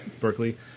Berkeley